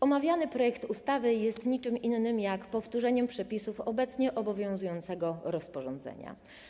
Omawiany projekt ustawy jest niczym innym jak powtórzeniem przepisów obecnie obowiązującego rozporządzenia.